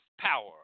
power